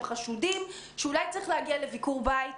חשודים שאולי צריך להגיע לביקור בית,